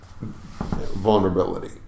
vulnerability